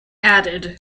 added